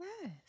Yes